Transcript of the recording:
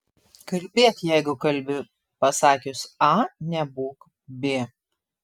kalbėk jeigu kalbi pasakius a nebūk b